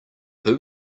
who